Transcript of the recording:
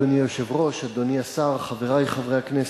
אדוני היושב-ראש, אדוני השר, חברי חברי הכנסת,